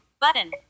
button